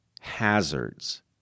hazards